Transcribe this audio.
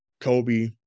Kobe